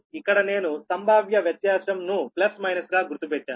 ఇక్కడ నేను సంభావ్య వ్యత్యాసం ను ప్లస్ మైనస్ గా గుర్తు పెట్టాను